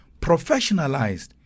professionalized